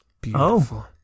Beautiful